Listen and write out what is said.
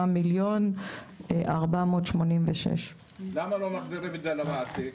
על 59,486,000. למה לא מחזיקים את זה למעסיק?